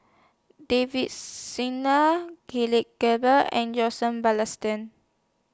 Davin Singh Gilbey and Joseph Balestier